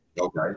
Okay